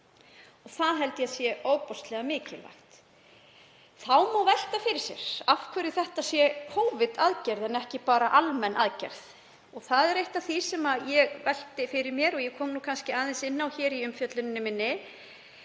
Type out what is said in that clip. Það held ég að sé ofboðslega mikilvægt. Þá má velta fyrir sér af hverju þetta er Covid-aðgerð en ekki bara almenn aðgerð. Það er eitt af því sem ég velti fyrir mér. Ég kom aðeins inn á það í umfjöllunin minni